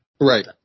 Right